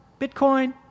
Bitcoin